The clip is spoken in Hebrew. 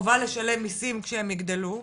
חובה לשלם מיסים כשהם יגדלו.